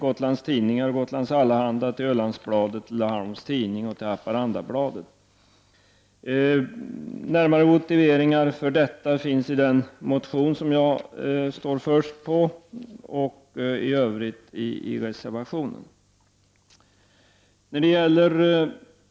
Gotlands Tidningar, Gotlands Allehanda, Ölandsbladet, Laholms Tidning och Haparandabladet får ju sådant driftsstöd. Närmare motiveringar för vårt ställningstagande återfinns i den motion bakom vilken jag står som första namn och i övrigt i reservationen.